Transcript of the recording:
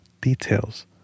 details